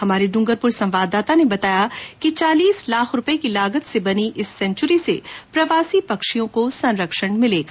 हमारे ड्रंगरपुर संवाददाता ने बताया कि चालीस लाख रुपये की लागत से बनी इस सेंच्यूरी से प्रवासी पक्षियों को संरक्षण मिलेगा